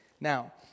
Now